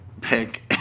pick